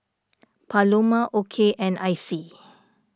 Paloma Okey and Icy